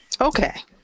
Okay